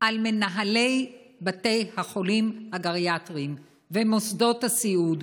על מנהלי בתי החולים הגריאטריים ומוסדות הסיעוד.